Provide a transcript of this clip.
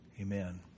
amen